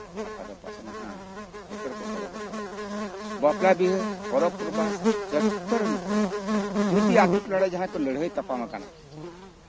ᱠᱟᱛᱷᱟ ᱫᱚ ᱯᱟᱥᱱᱟᱜᱼᱟ ᱡᱚᱛᱚ ᱦᱚᱲ ᱠᱚ ᱜᱚᱲᱚ ᱜᱚᱯᱲᱚᱜᱼᱟ ᱵᱟᱯᱞᱟ ᱵᱤᱦᱟᱹ ᱯᱚᱨᱚᱵᱽ ᱯᱚᱨᱵᱷᱟᱥ ᱡᱚᱛᱚ ᱨᱮ ᱱᱩᱠᱩ ᱡᱩᱫᱤ ᱟᱹᱛᱩ ᱴᱚᱞᱟᱨᱮ ᱡᱟᱦᱟᱸᱭ ᱠᱚ ᱞᱟᱹᱲᱦᱟᱹᱭ ᱛᱟᱯᱟᱢ ᱟᱠᱟᱱᱟ